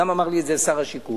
אמר לי את זה גם שר השיכון.